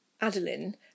Adeline